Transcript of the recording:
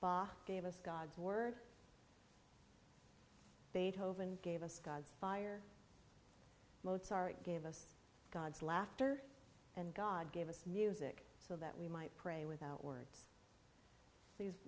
bach gave us god's word beethoven gave us gods fire mozart gave us gods laughter and god gave us music so that we might pray without wor